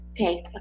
Okay